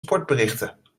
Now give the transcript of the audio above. sportberichten